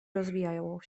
rozwijało